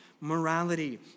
morality